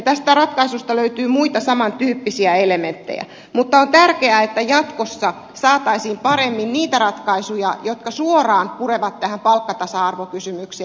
tästä ratkaisusta löytyy muita samantyyppisiä elementtejä mutta on tärkeää että jatkossa saataisiin paremmin niitä ratkaisuja jotka suoraan purevat tähän palkkatasa arvokysymykseen